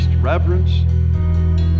reverence